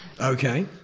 Okay